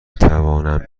توانم